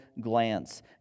glance